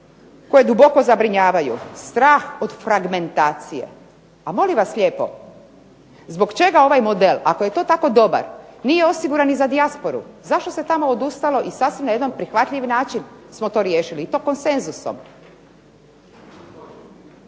koje duboko zabrinjavaju, strah od fragmentacije. A molim vas lijepo, zbog čega ovaj model ako je to tako dobar, nije osiguran i za dijasporu. Zašto se tamo odustalo i sasvim na jedan prihvatljiv način smo to riješili i to konsenzusom.